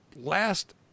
last